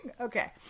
Okay